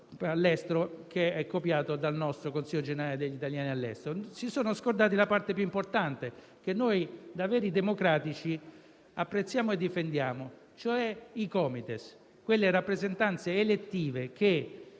all'estero, che è stato copiato dal nostro Consiglio generale degli italiani all'estero (CGIE). Si sono scordati la parte più importante che noi, da veri democratici, apprezziamo e difendiamo, e cioè i Comites, quelle rappresentanze che, come